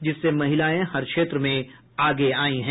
जिससे महिलाएं हर क्षेत्र में आगे आयी हैं